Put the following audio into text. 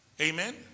Amen